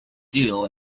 deal